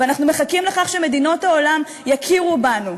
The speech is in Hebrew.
ואנחנו מחכים לכך שמדינות העולם יכירו בנו.